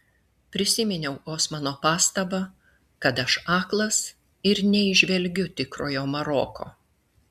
prisiminiau osmano pastabą kad aš aklas ir neįžvelgiu tikrojo maroko